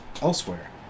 elsewhere